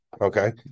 okay